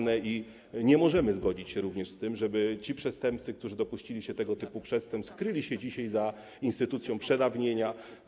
Nie możemy zgodzić się również z tym, żeby ci przestępcy, którzy dopuścili się tego typu przestępstw, kryli się dzisiaj za instytucją przedawnienia.